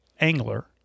angler